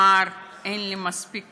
שאמר: אין לי מספיק כסף,